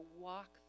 walk